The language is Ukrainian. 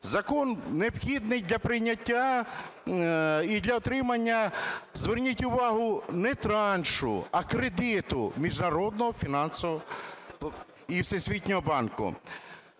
закон необхідний для прийняття і для отримання, зверніть увагу, не траншу, а кредиту Міжнародного фінансового і Всесвітнього банку.